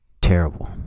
terrible